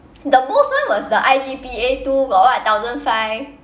the most one was the I_G_P_A two got what thousand five